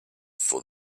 for